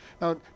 Now